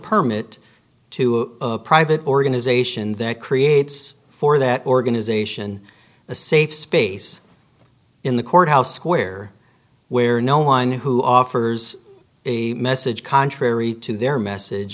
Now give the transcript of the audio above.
permit to a private organization that creates for that organization a safe space in the courthouse square where no one who offers a message contrary to their message